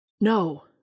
No